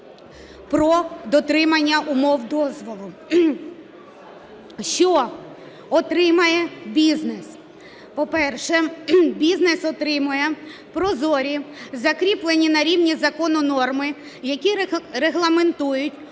про дотримання умов дозволу. Що отримає бізнес? По-перше, бізнес отримує прозорі, закріплені на рівні закону норми, які регламентують